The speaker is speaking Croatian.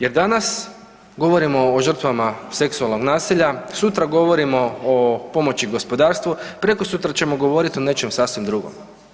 Jer danas govorimo o žrtvama seksualnog nasilja, sutra govorimo o pomoći gospodarstvu, prekosutra ćemo govoriti o nečem sasvim drugom.